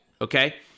okay